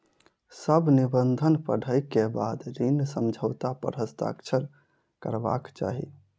सभ निबंधन पढ़ै के बाद ऋण समझौता पर हस्ताक्षर करबाक चाही